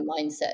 mindset